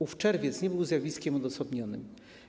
Ów czerwiec nie był zjawiskiem odosobnionym.